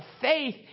faith